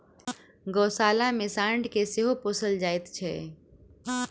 गोशाला मे साँढ़ के सेहो पोसल जाइत छै